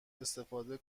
استفاده